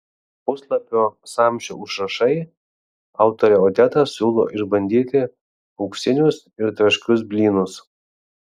puslapio samčio užrašai autorė odeta siūlo išbandyti auksinius ir traškius blynus